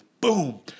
boom